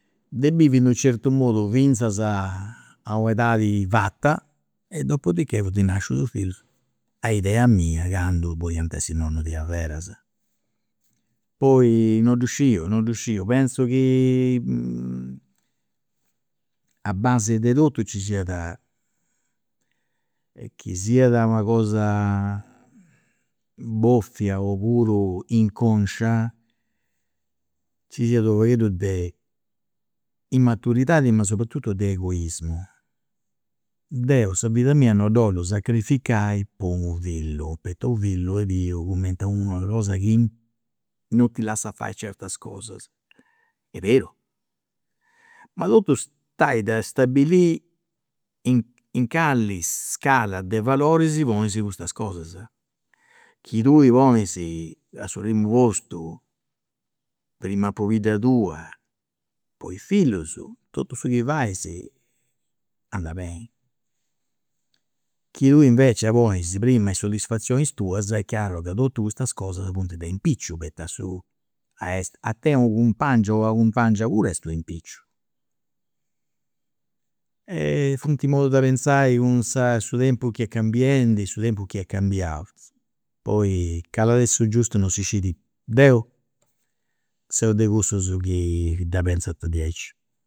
De bivi in d'unu certu modu finzas a u' edadi fata e dopodichè funt nascius is fillus a idea mia candu podiant essi i nonnus diaveras. Poi non ddu sciu, non ddu sciu, pentzu chi a base de totu ci siat e chi siat una cosa bofia oppuru inconscia, ci siat unu pagheddu de immaturidadi, ma soprattutto de egoismu, deu sa vida mia non dd'ollu sacrificai po unu fillu, poita unu fillu est biu cumenti una cosa chi non ti lassat fai certas cosas. Est beru, ma totu stai a stabilì in in cali scala de valoris ponis custas cosas. Chi tui ponis a su primu postu prima a pobidda tua poi is fillus, totu su chi fais andat beni, chi tui invecias ponis prima i' soddisfazioni tuas est chiaru chi totu custas cosas funt de impicciu, poita su a est, a tenni u' cumpangiu o una cumpangia est u' impicciu. funt modus de pensai cun sa, cun su tempus chi est cambiau, poi cali at essi su giustu non si scit, deu seu de cussus chi dda pensant diaici